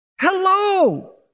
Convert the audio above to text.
Hello